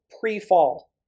pre-fall